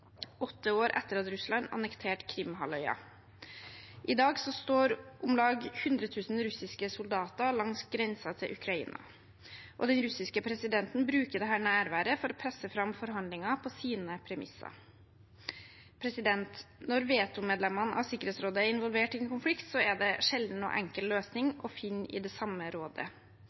åtte år etter at Russland annekterte Krimhalvøya. I dag står om lag 100 000 russiske soldater langs grensen til Ukraina. Den russiske presidenten bruker dette nærværet for å presse fram forhandlinger på sine premisser. Når vetomedlemmene av Sikkerhetsrådet er involvert i en konflikt, er det sjelden noen enkel løsning å finne i det samme rådet.